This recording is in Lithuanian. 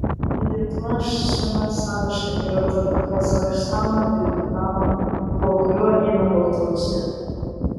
lietuva šiame sąraše yra tarp kazachstano ir butano po kurio eina baltarusija